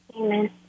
Amen